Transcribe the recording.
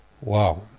Wow